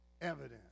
evidence